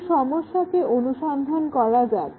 এই সমস্যাকে অনুসন্ধান করা যাক